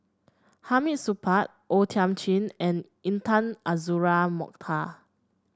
Hamid Supaat O Thiam Chin and Intan Azura Mokhtar